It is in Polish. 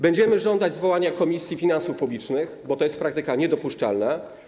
Będziemy żądać zwołania posiedzenia Komisji Finansów Publicznych, bo to jest praktyka niedopuszczalna.